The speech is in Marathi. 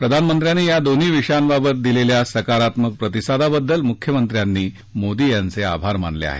प्रधानमंत्र्यांनी या दोन्ही विषयांबाबत दिलेल्या सकारात्मक प्रतिसादाबद्दल मुख्यमंत्र्यांनी मोदी यांचे आभार मानले आहेत